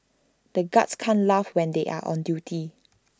the guards can't laugh when they are on duty